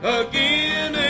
again